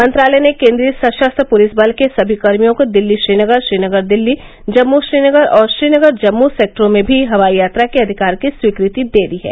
मंत्रालय ने केन्द्रीय सशस्त्र पुलिस बल के सभी कर्मियों को दिल्ली श्रीनगर श्रीनगर दिल्ली जम्म् श्रीनगर और श्रीनगर जम्म् सेक्टरों में भी हवाई यात्रा के अधिकार की स्वीकृति दे दी है